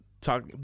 talk